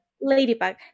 Ladybug